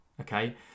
okay